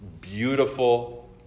beautiful